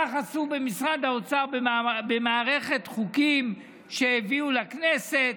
כך עשו במשרד האוצר במערכת חוקים שהביאו לכנסת